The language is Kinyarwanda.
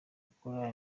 gukora